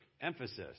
emphasis